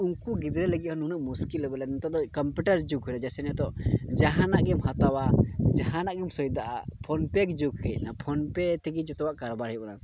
ᱩᱱᱠᱩ ᱜᱤᱫᱽᱨᱟᱹ ᱞᱟᱹᱜᱤᱫ ᱩᱱ ᱦᱤᱞᱳᱜ ᱢᱩᱥᱠᱤᱞᱟ ᱵᱚᱞᱮ ᱱᱤᱛᱚᱜ ᱫᱚ ᱠᱚᱢᱯᱤᱭᱩᱴᱟᱨ ᱡᱩᱜᱽ ᱨᱮ ᱡᱮᱭᱥᱮ ᱱᱤᱛᱚᱜ ᱡᱟᱦᱟᱱᱟᱜ ᱜᱮᱢ ᱦᱟᱛᱟᱣᱟ ᱡᱟᱦᱟᱱᱟᱜ ᱜᱮᱢ ᱥᱚᱭᱫᱟᱜᱼᱟ ᱯᱷᱳᱱ ᱯᱮᱹ ᱡᱩᱜᱽ ᱦᱮᱡ ᱯᱷᱳᱱ ᱯᱮᱹ ᱛᱮᱜᱮ ᱡᱚᱛᱚᱣᱟᱜ ᱠᱟᱨᱵᱟᱨ ᱦᱩᱭᱩᱜ ᱠᱟᱱᱟ